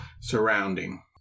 surrounding